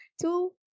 two